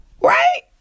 Right